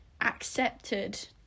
accepted